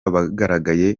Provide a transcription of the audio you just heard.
bagaragaye